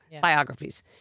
biographies